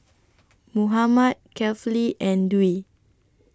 Muhammad Kefli and Dwi